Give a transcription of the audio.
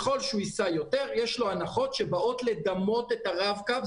ככל שהוא ייסע יותר יש לו הנחות שבאות לדמות את הרב-קו,